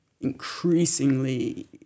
increasingly